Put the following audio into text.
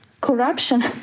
corruption